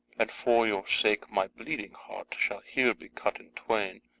and for your sake my bleeding heart shall here be cut in twain,